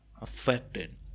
affected